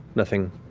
nothing